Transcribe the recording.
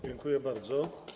Dziękuję bardzo.